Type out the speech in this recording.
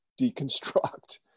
deconstruct